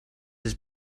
has